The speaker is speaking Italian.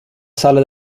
sala